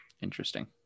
interesting